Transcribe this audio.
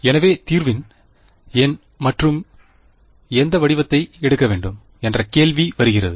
எனவே தீர்வின் ஏன் மற்றும் எந்த வடிவத்தை எடுக்க வேண்டும் என்ற கேள்வி இங்கே வருகிறது